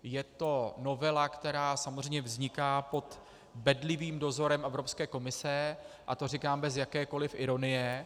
Je to novela, která samozřejmě vzniká pod bedlivým dozorem Evropské komise, a to říkám bez jakékoli ironie.